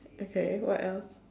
okay what else